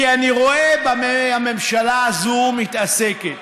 כי אני רואה במה הממשלה הזו מתעסקת.